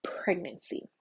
pregnancy